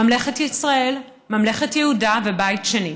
ממלכת ישראל, ממלכת יהודה ובית שני.